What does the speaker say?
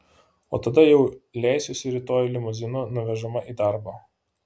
o tada jau leisiuosi rytoj limuzinu nuvežama į darbą